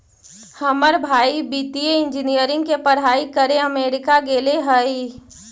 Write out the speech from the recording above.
हमर भाई वित्तीय इंजीनियरिंग के पढ़ाई करे अमेरिका गेले हइ